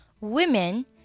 Women